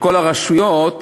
בכל הרשויות,